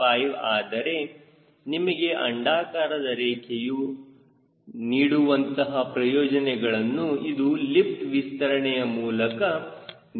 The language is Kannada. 5 ಆದರೆ ನಿಮಗೆ ಅಂಡಾಕಾರದ ರೇಖೆಯು ನೀಡುವಂತಹ ಪ್ರಯೋಜನಗಳನ್ನು ಇದು ಲಿಫ್ಟ್ ವಿಸ್ತರಣೆಯ ಮೂಲಕ ನೀಡುತ್ತದೆ